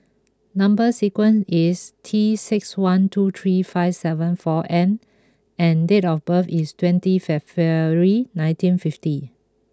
number sequence is T six one two three five seven four N and date of birth is twenty February nineteen fifty